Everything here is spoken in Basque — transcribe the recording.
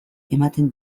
ematen